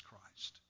Christ